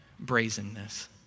Brazenness